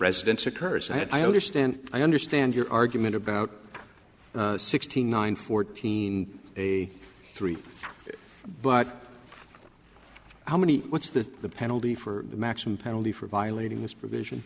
residence occurs i had i understand i understand your argument about sixty nine fourteen a three but how many what's the penalty for the maximum penalty for violating this provision